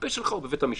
הפה שלך הוא בבית המשפט,